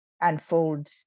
unfold